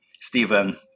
Stephen